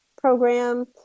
program